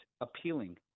appealing